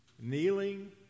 kneeling